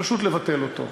פשוט לבטל אותו.